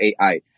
AI